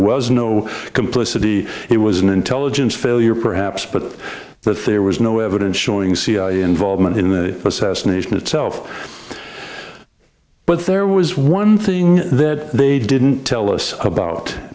was no complicity it was an intelligence failure perhaps but that there was no evidence showing cia involvement in the assassination itself but there was one thing that they didn't tell us about